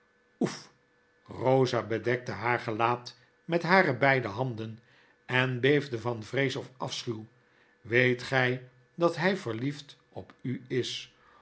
oefr eosa bedekte haar gelaat met hare beide handen en beefde van vrees of afschuw weet gy dat hy verliefd op u is